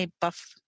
buff